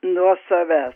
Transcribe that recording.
nuo savęs